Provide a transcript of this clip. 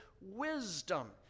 wisdom